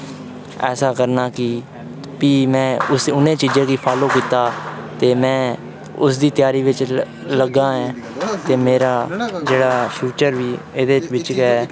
ऐसा करना कि फ्ही में उस उ'ने चीजें गी फालो कीता ते में उसदी त्यारी बिच्च लग्गा ऐं ते मेरा जेह्ड़ा फ्यूचर बी एह्दे बिच्च गै